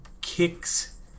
kicks